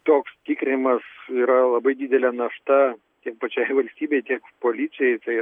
toks tikrinimas yra labai didelė našta tiek pačiai valstybei tiek policijai tai